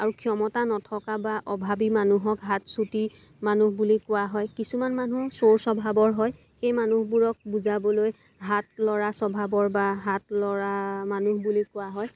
আৰু ক্ষমতা নথকা বা অভাবী মানুহক হাত চুটি মানুহ বুলি কোৱা হয় কিছুমান মানুহ চোৰ স্ৱভাৱৰ হয় সেই মানুহবোৰক বুজাবলৈ হাত লৰা স্ৱভাৱৰ বা হাত লৰা মানুহ বুলি কোৱা হয়